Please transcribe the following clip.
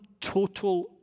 total